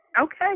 Okay